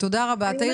תודה רבה תאיר.